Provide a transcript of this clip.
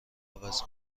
عوض